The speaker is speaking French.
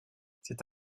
cette